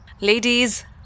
Ladies